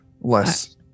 less